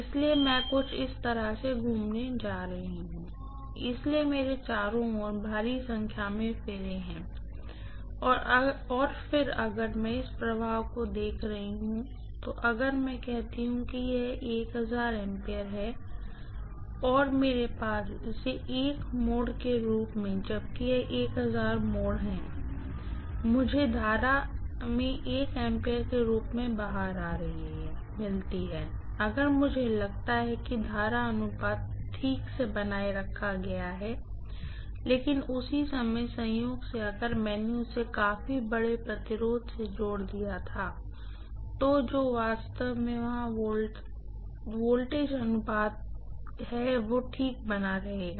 इसलिए मैं कुछ इस तरह से घूमने जा जा रही हूँ इसलिए मेरे चारों ओर भारी संख्या में टर्न हैं और फिर अगर मैं इस प्रवाह को देख रही हूँ तो अगर मैं कहती हूँ कि यह A है और मेरे पास इसे 1 A मोड़ के रूप में जबकि यह टर्न मिलते है तो मुझे करंट में 1 A के रूप में बाहर आ रही है मिलती है अगर मुझे लगता है कि करंट अनुपात ठीक से बनाए रखा गया है लेकिन उसी समय संयोग से अगर मैंने उसे काफी बड़े प्रतिरोध से जोड़ दिया था तो जो वास्तव में वहां वोल्टेज अनुपात भी ठीक बना रहेगा